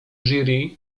jury